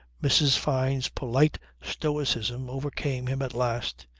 mrs. fyne's polite stoicism overcame him at last.